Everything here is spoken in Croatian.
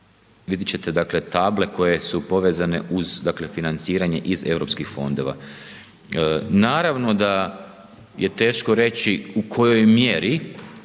vidjet ćete, dakle, table koje su povezane uz, dakle, financiranje iz Europskih fondova. Naravno da je teško reći u kojoj mjeri,